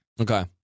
Okay